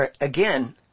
Again